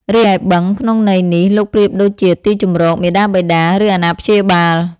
រីឯបឹង ក្នុងន័យនេះ លោកប្រៀបដូចជាទីជម្រក មាតាបិតា ឬអាណាព្យាបាល។